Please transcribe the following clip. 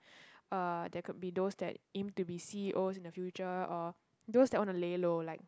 uh there could be those that aim to be c_e_o in the future or those who want to lay low like